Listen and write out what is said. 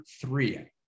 three